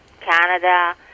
Canada